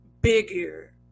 bigger